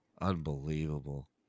unbelievable